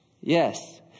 Yes